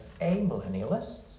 amillennialists